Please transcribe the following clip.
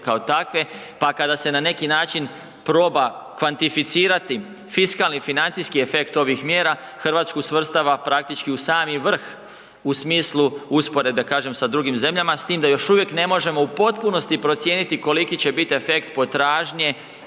kao takve, pa kada se na neki način proba kvantificirati fiskalni financijski efekt ovih mjera, RH svrstava praktički u sami vrh u smislu usporedbe, da kažem, sa drugim zemljama s tim da još uvijek ne možemo u potpunosti procijeniti koliki će bit efekt potražnje